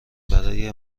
برای